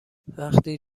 وقتی